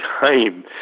time